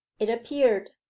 it appeared,